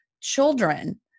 children